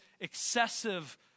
excessive